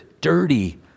dirty